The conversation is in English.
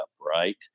right